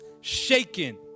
shaken